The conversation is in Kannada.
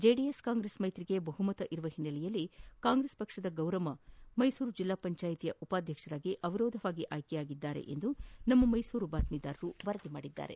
ಜೆಡಿಎಸ್ ಕಾಂಗ್ರೆಸ್ ಮೈತ್ರಿಗೆ ಬಹುಮತವಿರುವ ಓನ್ನೆಲೆ ಕಾಂಗ್ರೆಸ್ನ ಗೌರಮ್ಮ ಮೈಸೂರು ಜಿಲ್ಲಾ ಪಂಚಾಯಿತಿಯ ಉಪಾಧ್ಯಕ್ಷರಾಗಿ ಅವಿರೋಧವಾಗಿ ಆಯ್ಕೆಯಾಗಿದ್ದಾರೆಂದು ನಮ್ಮ ಮೈಸೂರು ಪ್ರತಿನಿಧಿ ವರದಿ ಮಾಡಿದ್ದಾರೆ